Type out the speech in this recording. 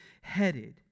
headed